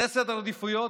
זה סדר העדיפויות?